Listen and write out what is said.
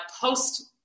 post